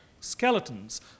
skeletons